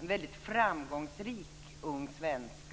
väldigt framgångsrik ung svenska.